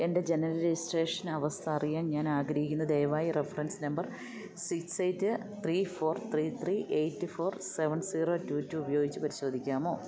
എൻ്റെ ജനന രജിസ്ട്രേഷന്റെ അവസ്ഥയറിയാൻ ഞാനാഗ്രഹിക്കുന്നു ദയവായി reference number six eight three four three three eight four seven zero two two ഉപയോഗിച്ച് പരിശോധിക്കാമോ